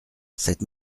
cette